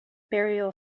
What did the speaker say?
burial